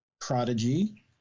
Prodigy